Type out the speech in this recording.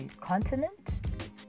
continent